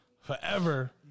forever